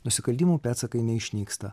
nusikaltimų pėdsakai neišnyksta